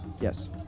Yes